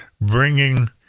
bringing